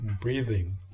Breathing